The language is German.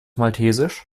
maltesisch